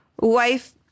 wife